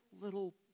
little